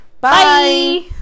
Bye